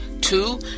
Two